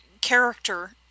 Character